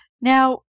Now